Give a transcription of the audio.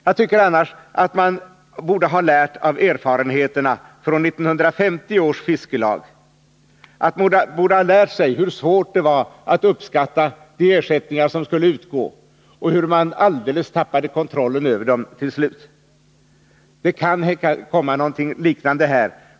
Jag tycker annars att man av erfarenheterna från 1950 års fiskelag borde har lärt sig hur svårt det var att uppskatta de ersättningar som skulle utgå och hur man till slut alldeles tappade kontrollen över dem. Det kan bli någonting liknande här.